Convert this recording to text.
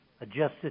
adjusted